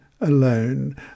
alone